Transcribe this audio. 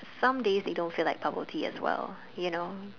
some days they don't feel like bubble tea as well you know